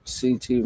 CT